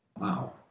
Wow